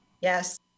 Yes